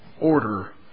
order